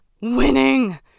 winning